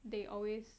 they always